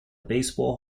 baseball